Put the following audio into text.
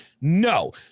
No